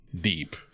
deep